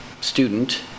student